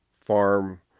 farm